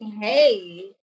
Hey